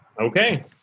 okay